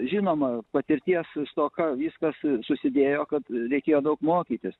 žinoma patirties stoka viskas susidėjo kad reikėjo daug mokytis